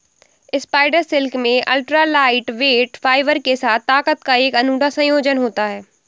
spider silk में ultra lightweight fibre के साथ ताकत का एक अनूठा संयोजन होता है